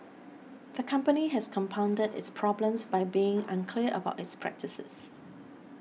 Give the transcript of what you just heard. the company has compounded its problems by being unclear about its practices